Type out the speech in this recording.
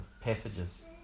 passages